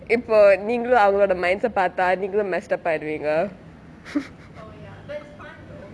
இப்பொ நீங்களு அவங்களோடே:ippo neengalu avangalodae minds செ பார்தா நீங்களு:seh paartha neengalu messed up ஆகிடுவிங்கே:aagiduvinggae